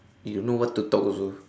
you don't know what to talk also